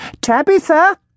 Tabitha